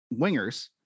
wingers